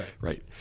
Right